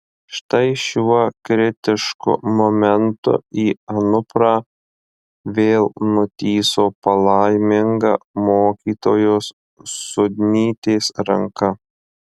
štai šiuo kritišku momentu į anuprą vėl nutįso palaiminga mokytojos sudnytės ranka